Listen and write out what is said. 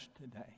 today